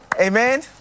Amen